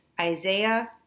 Isaiah